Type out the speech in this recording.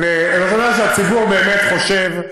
אבל הציבור באמת חושב,